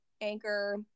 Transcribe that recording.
Anchor